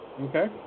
Okay